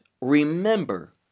remember